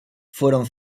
fueron